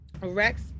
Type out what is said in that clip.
Rex